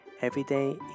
Everyday